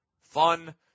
fun